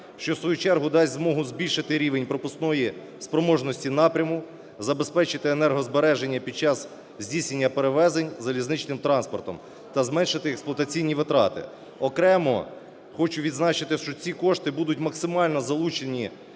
що в свою чергу дасть змогу збільшити рівень пропускної спроможності напряму, забезпечити енергозбереження під час здійснення перевезень залізничним транспортом та зменшити експлуатаційні витрати. Окремо хочу відзначити, що ці кошти будуть максимально залучені,